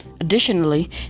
Additionally